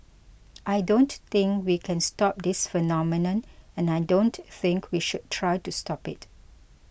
I don't think we can stop this phenomenon and I don't think we should try to stop it